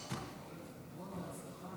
שלוש דקות,